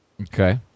okay